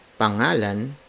pangalan